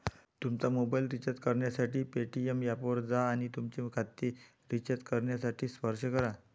तुमचा mobile recharge करण्यासाठी Paytm ऐपवर जा आणि तुमचे खाते रिचार्ज करण्यासाठी स्पर्श करा